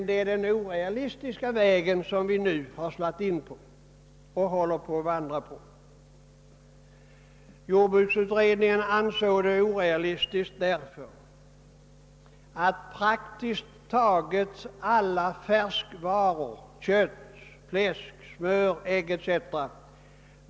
Det är den orealistiska vägen som vi nu slagit in på. Jordbruksutredningen ansåg det orealistiskt därför att praktiskt taget alla färskvaror — kött, fläsk, smör, ägg etc.